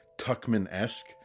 Tuckman-esque